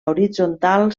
horitzontal